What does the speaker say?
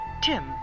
Tim